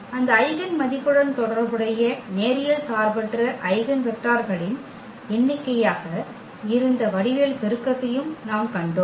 அந்த ஐகென் மதிப்புடன் தொடர்புடைய நேரியல் சார்பற்ற ஐகென் வெக்டர்களின் எண்ணிக்கையாக இருந்த வடிவியல் பெருக்கத்தையும் நாம் கண்டோம்